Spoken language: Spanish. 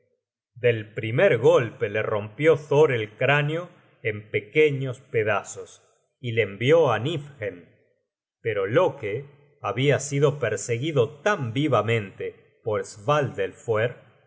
del primer golpe le rompió thor el cráneo en pequeños pedazos y le envió á niflhem pero loke habia sido perseguido tan vivamente por svadelfoere que